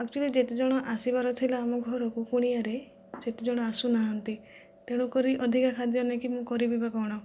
actually ଯେତେ ଜଣ ଆସିବାର ଥିଲା ମୋ ଘରକୁ କୁଣିଆରେ ସେତେ ଜଣ ଆସୁ ନାହାନ୍ତି ତେଣୁ କରି ଅଧିକା ଖାଦ୍ୟ ନେଇକି ମୁଁ କରିବି ବି ବା କ'ଣ